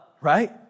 right